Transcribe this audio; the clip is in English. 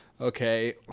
okay